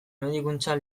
medikuntza